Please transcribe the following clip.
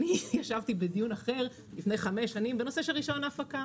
אני ישבתי בדיון אחר לפני חמש שנים בנושא רשיון הפקה.